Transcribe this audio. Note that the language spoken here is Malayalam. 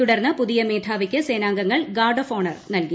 തുടർന്ന് പുതിയ മേധാവിക്ക് സേനാംഗങ്ങൾ ഗാർഡ് ഓഫ് ഓണർ നൽകി